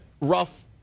rough